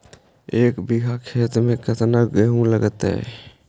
एक बिघा खेत में केतना गेहूं लगतै?